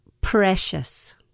precious